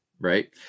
Right